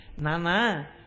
nana